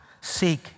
seek